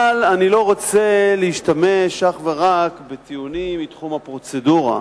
אבל אני לא רוצה להשתמש אך ורק בטיעונים מתחום הפרוצדורה,